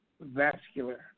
vascular